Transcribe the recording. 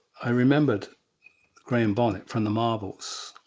i remembered graham bonnet from the marbles,